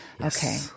Okay